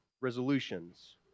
resolutions